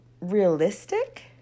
realistic